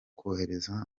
kohereza